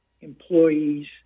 employees